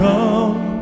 Come